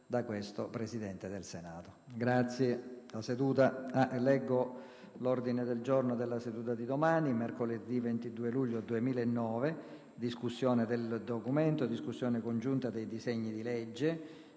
da questo Presidente del Senato.